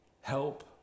Help